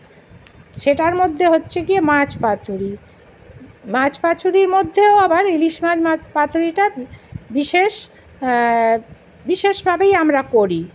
সেটার মধ্যে হচ্ছে গিয়ে মাছ পাতুরি মাছ পাতুরির মধ্যেও আবার ইলিশ মাছ মাছ পাতুরিটা বিশেষ বিশেষভাবেই আমরা করি